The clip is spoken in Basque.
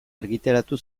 argitaratu